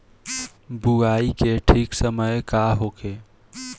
बुआई के ठीक समय का होखे?